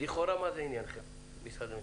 לכאורה מה זה עניינו של משרד המשפטים?